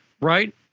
Right